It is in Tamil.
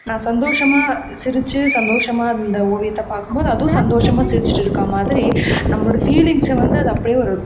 நான் சந்தோசமாக சிரிச்சு சந்தோசமாக அந்த ஓவியத்தை பார்க்கும் போது அதுவும் சந்தோசமாக சிரிச்சிட்டு இருக்க மாதிரி நம்மளோட ஃபீலிங்ஸை வந்து அது அப்படியே ஒரு